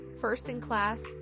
first-in-class